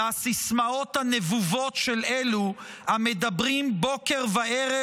מהסיסמאות הנבובות של אלו המדברים בוקר וערב,